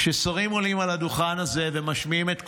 כששרים עולים על הדוכן הזה ומשמיעים את קולם,